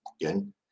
Again